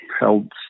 held